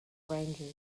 ranges